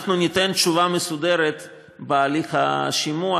אנחנו ניתן תשובה מסודרת בהליך השימוע,